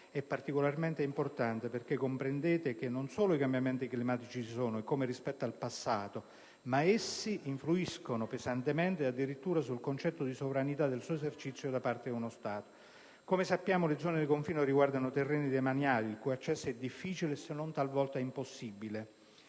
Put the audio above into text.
è particolarmente importante perché non solo i cambiamenti climatici ci sono, eccome, rispetto al passato, ma essi influiscono pesantemente addirittura sul concetto di sovranità e sul suo esercizio da parte di uno Stato. Come sappiamo, le zone di confine riguardano terreni demaniali il cui accesso è difficile se non, talvolta, impossibile.